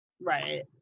Right